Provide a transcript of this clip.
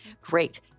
Great